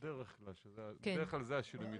בדרך כלל זה השינוי מתמ"מ,